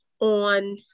on